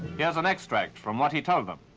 here's an extract from what he told them.